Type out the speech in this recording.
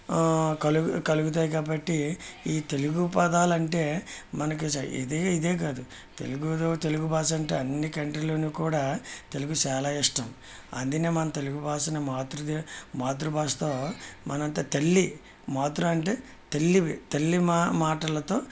కలుగు కలుగుతాయి కాబట్టి ఈ తెలుగు పదాలు అంటే మనకు ఇది ఇదే కాదు తెలుగులో తెలుగు భాష అంటే అన్ని కంట్రీలోను కూడా తెలుగు చాలా ఇష్టం అందుకే మన తెలుగు భాషను మాతృ మాతృభాషతో మన అంత తల్లి మాతృ అంటే తల్లి తల్లి మాటలతో